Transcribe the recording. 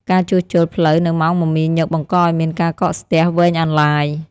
ការជួសជុលផ្លូវនៅម៉ោងមមាញឹកបង្កឱ្យមានការកកស្ទះវែងអន្លាយ។